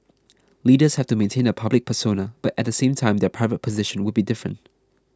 leaders have to maintain a public persona but at the same time their private position would be different